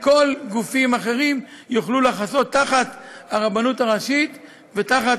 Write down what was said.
גופים אחרים יוכלו לחסות תחת הרבנות הראשית ותחת